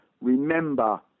remember